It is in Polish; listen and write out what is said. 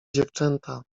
dziewczęta